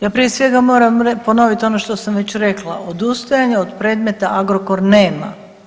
Ja prije svega moram ponoviti ono što sam već rekla, odustajanje od predmeta „Agrokor“ nema.